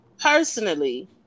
Personally